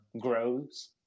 Grow's